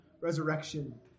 resurrection